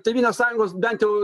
tėvynės sąjungos bent jau